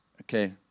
okay